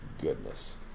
goodness